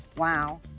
wow.